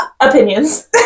Opinions